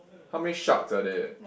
how many sharks are there